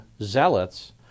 zealots